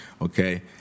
okay